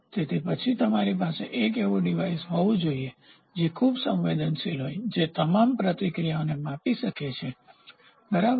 તેથી પછી તમારી પાસે એક ડિવાઇસ હોવું જોઈએ જે ખૂબ સંવેદનશીલ હોય છે જે તમામ પ્રતિક્રિયાઓને માપી શકે છે બરાબર